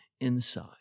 inside